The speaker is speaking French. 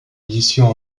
édition